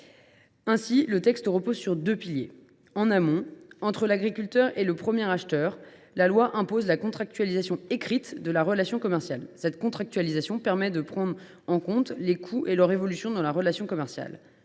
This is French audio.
fin, le texte repose sur deux piliers. En amont, entre l’agriculteur et le premier acheteur, la loi impose la contractualisation écrite de la relation commerciale ; ainsi, celle ci peut prendre en compte les coûts et leur évolution. En aval, entre